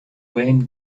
wayne